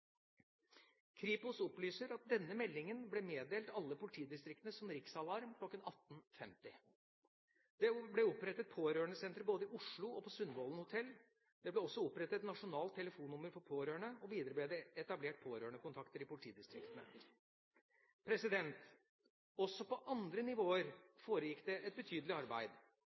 Kripos opplyser at denne meldingen ble meddelt alle politidistriktene som riksalarm kl. 18.50. Det ble opprettet pårørendesentre både i Oslo og på Sundvolden Hotel. Det ble også opprettet et nasjonalt telefonnummer for pårørende. Videre ble det etablert pårørendekontakter i politidistriktene. Også på andre nivåer foregikk det et betydelig arbeid.